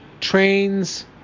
Trains